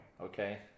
okay